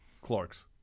Clark's